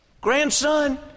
Grandson